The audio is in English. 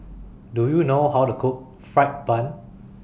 Do YOU know How to Cook Fried Bun